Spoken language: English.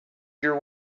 your